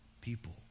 people